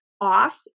off